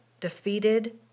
defeated